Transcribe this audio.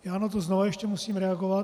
Já na to znova ještě musím reagovat.